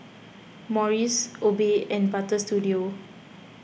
Morries Obey and Butter Studio